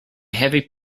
heavy